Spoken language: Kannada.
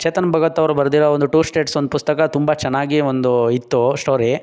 ಚೇತನ್ ಭಗತ್ ಅವರು ಬರೆದಿರೋ ಒಂದು ಟು ಸ್ಟೇಟ್ಸ್ ಒಂದು ಪುಸ್ತಕ ತುಂಬ ಚೆನ್ನಾಗಿ ಒಂದು ಇತ್ತು ಸ್ಟೋರಿ